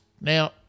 Now